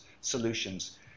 solutions